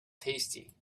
tasty